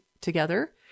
together